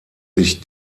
sich